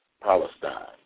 Palestine